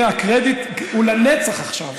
הינה הקרדיט, הוא לנצח עכשיו.